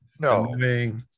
no